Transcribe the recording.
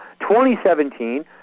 2017